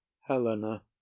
helena